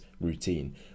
routine